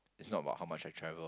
it's not about how much I travel